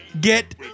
Get